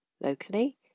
locally